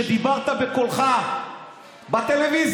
שדיברת בקולך בטלוויזיה.